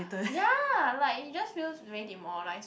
ya like it just feels very demoralized